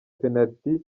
penaliti